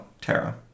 Tara